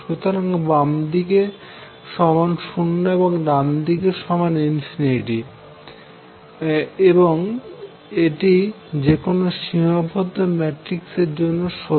সুতরাং বামদিক সমান 0 এবং ডানদিক সমান ∞ এবং এটি যেকোনো সীমাবদ্ধ ম্যাট্রিক্স এর জন্য সত্য